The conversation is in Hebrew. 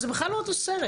זה בכלל לא אותו סרט.